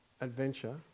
adventure